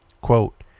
Quote